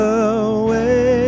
away